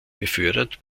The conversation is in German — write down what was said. gefördert